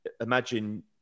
imagine